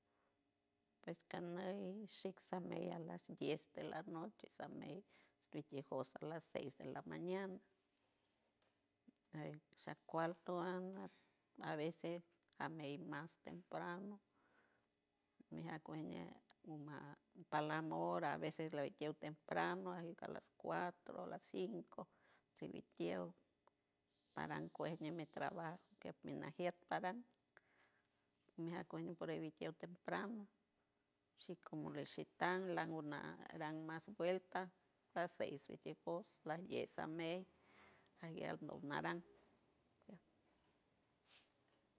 Pues canay shix samedia las diez de la noche samel ñesti cosa las seis de la mañana, ósea ti cualto ala aveces amey mas temprano mejeacueñe uma palamora aveces lo llevo temprano a veces las cuatro a las cinco sibitieul paran gucuet meit ditrabajo que mernajiet para mejuacoñe para evitier temprano shi culixhitar la una ran mas vuelta las seis vietipor las diez sa mey aliel mos naran